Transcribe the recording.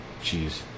Jeez